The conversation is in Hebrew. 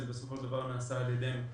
נעשה על ידינו,